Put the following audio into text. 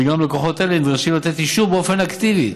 וגם לקוחות אלה נדרשים לתת אישור באופן אקטיבי